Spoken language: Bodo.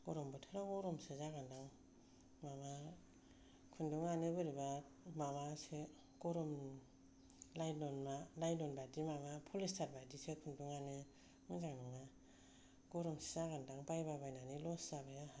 गरम बोथोराव गरमसो जागोन दां माबा खुन्दुङानो बोरैबा माबासो गरम लायलन ना लायलन बादि माबा पलिस्तार बादिसो खुन्दुङानो मोजां नङा गरमसो जागोन दां बायबा बायनानै लस जाबाय आहा